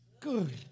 good